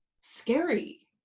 scary